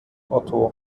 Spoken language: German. otto